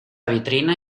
vitrina